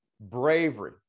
Bravery